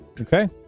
Okay